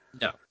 No